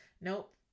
Nope